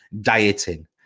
dieting